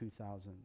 $2,000